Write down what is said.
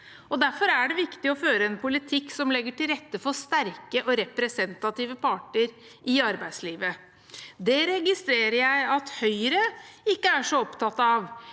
Derfor er det viktig å føre en politikk som legger til rette for sterke og representative parter i arbeidslivet. Det registrerer jeg at Høyre ikke er så opptatt av.